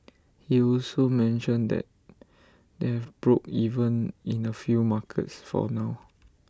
he also mentioned that they've broke even in A few markets for now